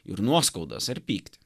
ir nuoskaudas ir pyktį